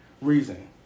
reason